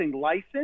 license